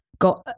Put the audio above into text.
got